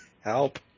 Help